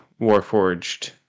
Warforged